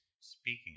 speaking